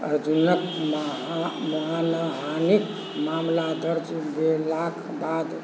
अर्जुनके मान मानहानिके मामला दर्ज भेलाके बाद